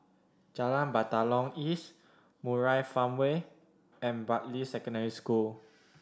Jalan Batalong East Murai Farmway and Bartley Secondary School